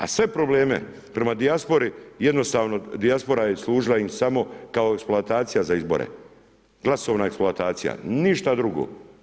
A sve probleme prema dijaspori, jednostavno dijaspora služila im samo kao eksploatacija za izbore, glasovna eksploatacija, ništa drugo.